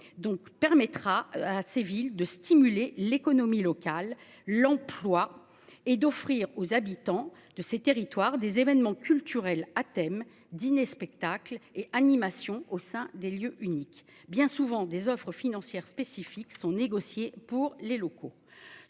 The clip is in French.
permettra à ces villes de stimuler l'économie locale, l'emploi et d'offrir aux habitants de ces territoires des événements culturels Hatem dîners spectacles et animations au sein des lieux uniques bien souvent des offres financières spécifiques sont négociés pour les locaux.